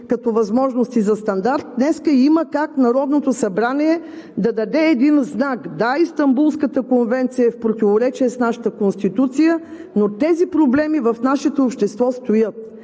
като възможности за стандарт. Днес има как Народното събрание да даде един знак. Да, Истанбулската конвенция е в противоречие с нашата Конституция, но тези проблеми в нашето общество стоят.